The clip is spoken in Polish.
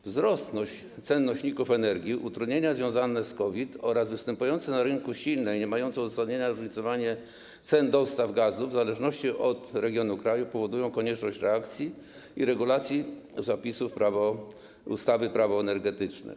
Wzrost cen nośników energii, utrudnienia związane z COVID-em oraz występujące na rynku silne, niemające uzasadnienia zróżnicowanie cen dostaw gazu w zależności od regionu kraju powodują konieczność reakcji i regulacji zapisów ustawy - Prawo energetyczne.